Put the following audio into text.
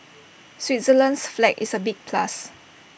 Switzerland's flag is A big plus